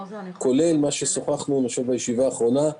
כולל מה שדיברנו בישיבה האחרונה,